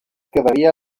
quedaría